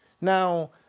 Now